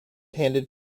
handed